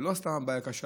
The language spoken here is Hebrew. ולא סתם הבעיה קשה,